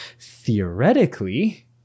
theoretically